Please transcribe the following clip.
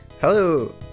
Hello